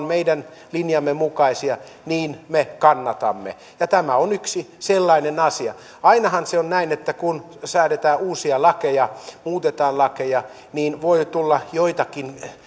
meidän linjamme mukaisia niin me kannatamme ja tämä on yksi sellainen asia ainahan se on näin että kun säädetään uusia lakeja muutetaan lakeja niin voi tulla joitakin